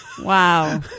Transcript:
wow